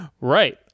Right